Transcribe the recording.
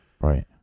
Right